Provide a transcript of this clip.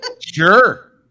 Sure